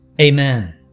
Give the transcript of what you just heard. Amen